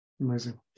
amazing